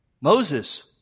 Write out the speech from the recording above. Moses